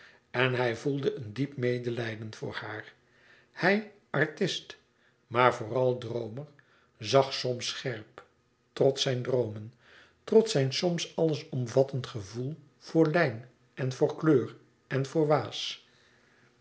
en hij voelde een diep medelijden voor haar hij artist maar vooral droomer zag soms scherp trts zijn droomen trts zijn soms alles omvattend gevoel voor lijn en voor kleur en voor waas